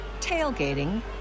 tailgating